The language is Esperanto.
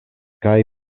kaj